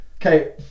Okay